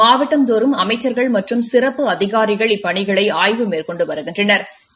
மாவட்டந்தோறும் அமைச்சாகள் மற்றும் சிறப்பு அதிகாரிகள் இப்பணிகளை மேற்கொண்டு வருகின்றனா்